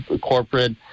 corporate